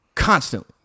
Constantly